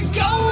go